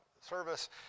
service